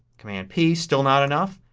command p. still not enough.